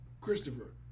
Christopher